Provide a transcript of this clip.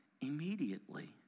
immediately